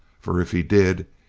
for if he did,